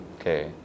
okay